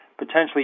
potentially